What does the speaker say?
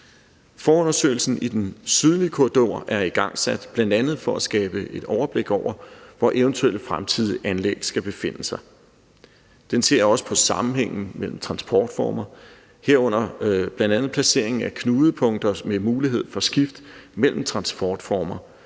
Forundersøgelsen af den sydlige korridor er igangsat, bl.a. for at skabe et overblik over, hvor eventuelle fremtidige anlæg skal befinde sig. Den ser også på sammenhængen mellem transportformer, herunder placeringen af knudepunkter med mulighed for skift mellem transportformer,